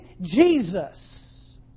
Jesus